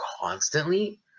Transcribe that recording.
constantly